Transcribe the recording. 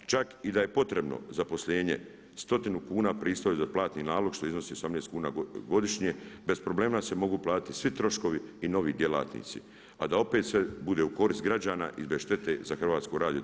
Čak i da je potrebno zaposlenje stotinu kuna pristojbe za platni nalog što iznosi 18 kuna godišnje, bez problema se mogu platiti svi troškovi i novi djelatnici, a da opet sve bude u korist građana i bez štete za HRT.